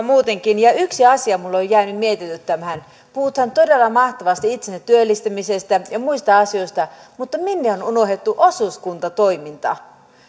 muutenkin ja yksi asia minua on jäänyt mietityttämään puhutaan todella mahtavasti itsensä työllistämisestä ja muista asioista mutta minne on on unohdettu osuuskuntatoiminta